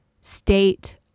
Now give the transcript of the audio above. state